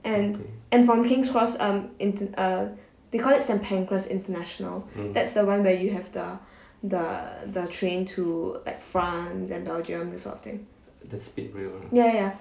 and and from king's cross um int~ uh they call it saint pancras international that's the one where you have the the the train to like france and belgium the sort of thing ya ya